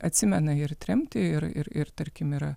atsimena ir tremtį ir ir ir tarkim yra